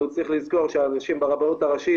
אבל הוא צריך לזכור שהאנשים ברבנות הראשית,